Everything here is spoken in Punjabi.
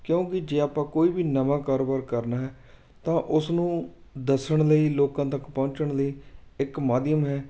ਕਿਉਂਕਿ ਜੇ ਆਪਾਂ ਕੋਈ ਵੀ ਨਵਾਂ ਕਾਰੋਬਾਰ ਕਰਨਾ ਹੈ ਤਾਂ ਉਸਨੂੰ ਦੱਸਣ ਲਈ ਲੋਕਾਂ ਤੱਕ ਪਹੁੰਚਣ ਲਈ ਇੱਕ ਮਾਧਿਅਮ ਹੈ